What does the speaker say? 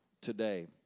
today